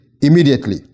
immediately